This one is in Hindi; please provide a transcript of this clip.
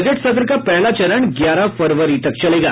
बजट सत्र का पहला चरण ग्यारह फरवरी तक चलेगा